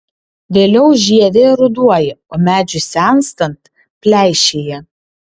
vėliau žievė ruduoja o medžiui senstant pleišėja